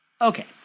Okay